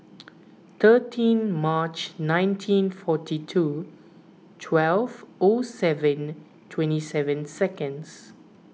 thirteen March nineteen forty two twelve O seven twenty seven seconds